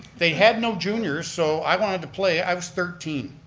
they had no juniors so, i wanted to play, i was thirteen.